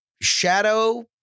shadow